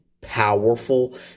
powerful